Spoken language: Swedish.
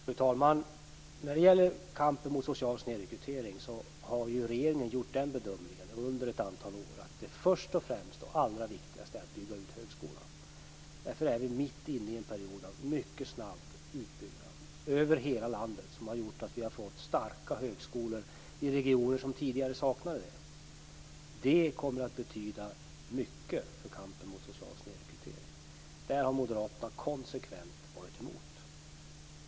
Fru talman! När det gäller kampen mot social snedrekrytering har regeringen under ett antal år gjort bedömningen att det allra viktigaste är att bygga ut högskolan. Därför är vi mitt inne i en period av mycket snabb utbyggnad över hela landet. Det har gjort att vi har fått starka högskolor i regioner som tidigare saknade det. Det kommer att betyda mycket för kampen mot social snedrekrytering. Detta har Moderaterna konsekvent varit emot.